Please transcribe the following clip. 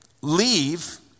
leave